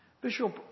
Bishop